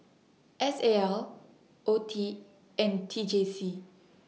S A L OETI and T J C